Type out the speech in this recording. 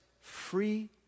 free